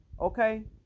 Okay